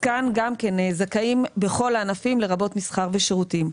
כאן גם כן זכאים בכל הענפים, לרבות מסחר ושירותים.